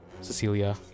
Cecilia